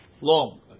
long